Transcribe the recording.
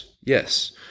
Yes